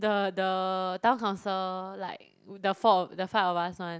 the the town council like the four the five of us one